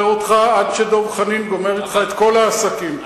אותך עד שדב חנין גומר אתך את כל העסקים.